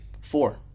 four